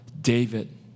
David